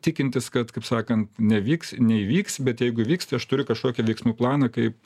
tikintis kad kaip sakan nevyks neįvyks bet jeigu įvyks tai aš turiu kažkokį veiksmų planą kaip